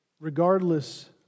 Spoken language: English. regardless